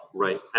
right.